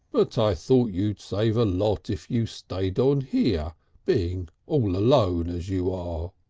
but i thought you'd save a lot if you stayed on here being all alone as you are.